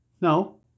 No